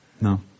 no